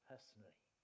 personally